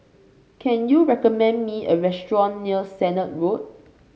can you recommend me a restaurant near Sennett Road